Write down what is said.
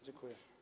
Dziękuję.